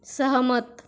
सहमत